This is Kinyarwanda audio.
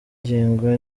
ingo